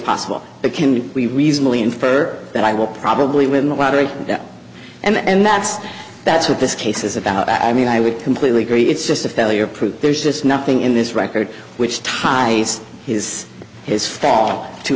possible but can we reasonably infer that i will probably win the lottery and that's that's what this case is about i mean i would completely agree it's just a failure proof there's just nothing in this record which ties his his fall to